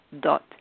dot